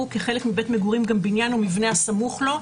כחלק מבית המגורים גם בנין או מבנה הסמוך לו,